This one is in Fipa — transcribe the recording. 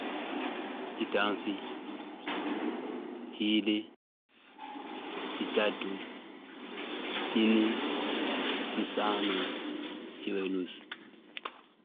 Chitafi. chili. chitatu. chini. chisano. chiwelusi.